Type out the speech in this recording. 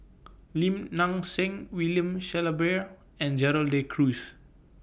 Lim Nang Seng William Shellabear and Gerald De Cruz